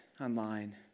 online